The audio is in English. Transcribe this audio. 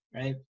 right